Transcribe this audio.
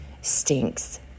stinks